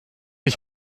ich